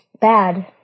bad